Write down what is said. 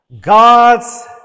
God's